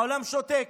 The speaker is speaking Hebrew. העולם שותק,